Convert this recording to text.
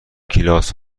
گیلاس